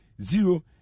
zero